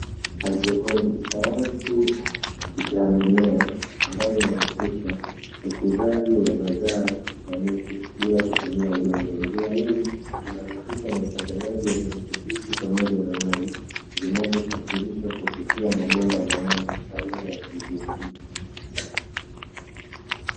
Haidroponi ni sayansi ya mimea ambayo inahusisha ukuzaji wa mazao ya miti bila kutumia udongo. Njia hii inahusishwa na uchangaji wa virutubishi pamoja na maji vinavyosafirishwa kupitia mabomba maalum aina ya PVC.